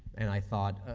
and i thought